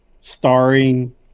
starring